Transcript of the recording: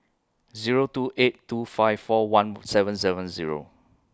Zero two eight two five four one seven seven Zero